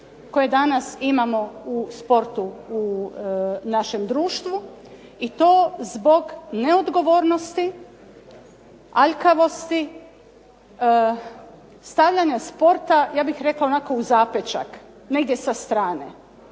koje danas imamo u sportu u našem društvu i to zbog neodgovornosti, aljkavosti, stavljanja sporta ja bih rekla onako u zapećak, negdje sa strane.